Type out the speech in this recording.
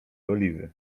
oliwy